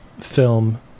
film